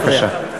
בבקשה.